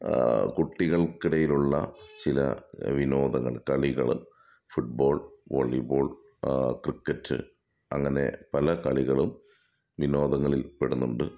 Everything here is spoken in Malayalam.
കുട്ടികൾക്കിടയിലുള്ള ചില വിനോദങ്ങൾ കളികൾ ഫുട്ബോൾ വോളിബോൾ ക്രിക്കറ്റ് അങ്ങനെ പല കളികളും വിനോദങ്ങളിൽ പെടുന്നുണ്ട്